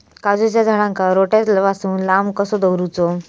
काजूच्या झाडांका रोट्या पासून लांब कसो दवरूचो?